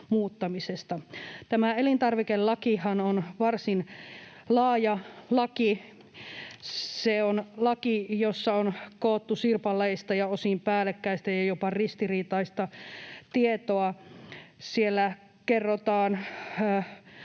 muuttamisesta. Tämä elintarvikelakihan on varsin laaja laki. Se on laki, jossa on koottu sirpaleista ja osin päällekkäistä ja jopa ristiriitaista tietoa. Siellä kerrotaan